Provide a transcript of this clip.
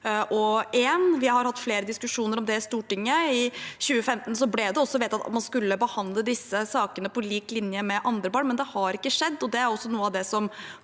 Vi har hatt flere diskusjoner om det i Stortinget. I 2015 ble det også vedtatt at man skulle behandle disse sakene på lik linje med saker om andre barn, men det har ikke skjedd, og det er også noe av det som